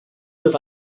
that